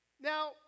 Now